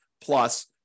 plus